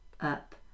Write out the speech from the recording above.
up